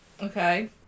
Okay